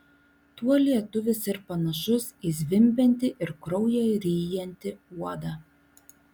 tuo lietuvis ir panašus į zvimbiantį ir kraują ryjantį uodą